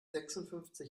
sechsundfünfzig